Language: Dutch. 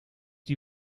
die